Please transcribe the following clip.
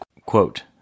Quote